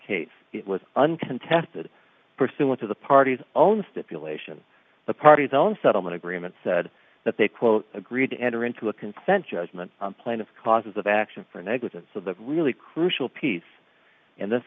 case it was uncontested pursuant to the parties own stipulation the parties own settlement agreement said that they quote agreed to enter into a consent judgment plan of causes of action for negligence of the really crucial piece in th